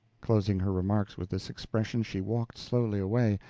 closing her remarks with this expression, she walked slowly away,